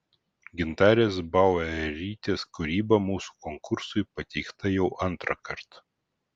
gintarės bauerytės kūryba mūsų konkursui pateikta jau antrąkart